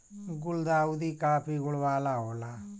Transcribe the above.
गुलदाउदी काफी गुण वाला होला